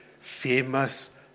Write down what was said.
famous